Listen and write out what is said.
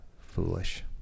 foolish